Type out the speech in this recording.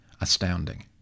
astounding